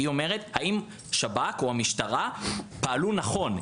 היא אומרת האם שב"כ או המשטרה פעלו נכון,